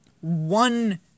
one